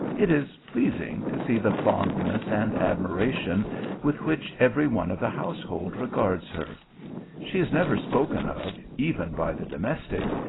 it is pleasing to see the fondness and admiration with which every one of the house hold regards her she is never spoken of, even by the domestics,